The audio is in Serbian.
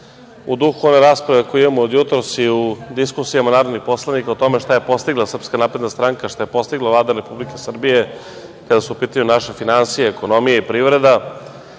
u duhu ove rasprave koju imamo od jutros i u diskusijama narodnih poslanika, o tome šta je postigla Srpska napredna stranaka, šta je postigla Vlada Republike Srbije kada su u pitanju naše finansije, ekonomije i privreda,